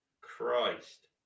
Christ